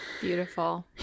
Beautiful